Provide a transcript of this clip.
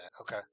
okay